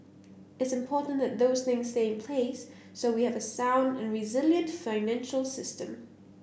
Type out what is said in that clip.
it's important that those thing stay in place so we have a sound and resilient financial system